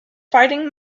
fighting